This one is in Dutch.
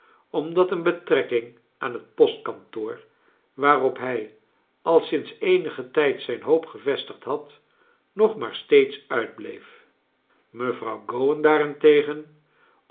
omdat een betrekking aan het postkantoor waarop hij al sinds eenigen tijd zijn hoop gevestigd had nog maar steeds uitbleef mevrouw gowan daarentegen